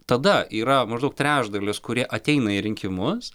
tada yra maždaug trečdalis kurie ateina į rinkimus